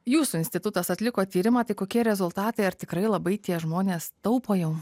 jūsų institutas atliko tyrimą tai kokie rezultatai ar tikrai labai tie žmonės taupo jau